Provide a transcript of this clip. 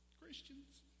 Christians